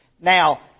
Now